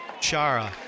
Chara